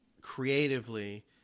creatively